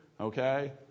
Okay